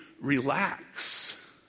relax